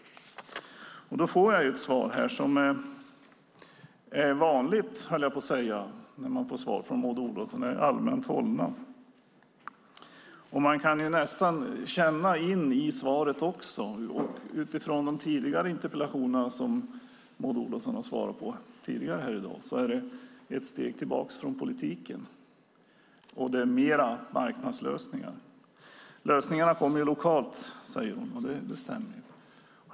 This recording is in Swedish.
Svaret jag får är - som vanligt, höll jag på att säga, när man får svar av Maud Olofsson - allmänt hållet. Man kan nästan känna att svaret, också utifrån de tidigare interpellationer som Maud Olofsson svarat på i dag, är ett steg tillbaka från politiken. Det är mer fråga om marknadslösningar. Lösningarna kommer lokalt, säger statsrådet, och det stämmer.